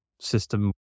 system